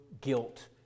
guilt